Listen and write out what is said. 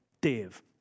Dave